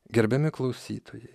gerbiami klausytojai